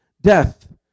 Death